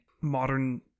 modern